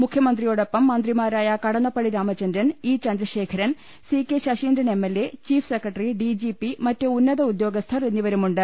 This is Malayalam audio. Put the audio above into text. മുഖ്യമന്ത്രിയോടൊപ്പം മന്ത്രിമാരായ Kadannappally Ramachandran E Chandrasekharan MLA C K Saseendran chief secretary DGP മറ്റു ഉന്നത ഉദ്യോഗസ്ഥർ എന്നി വരുമുണ്ട്